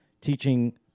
teaching